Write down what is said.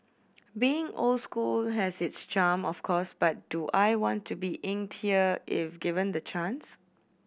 being old school has its charm of course but do I want to be inked here if given the chance